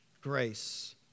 grace